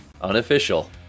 unofficial